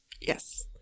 yes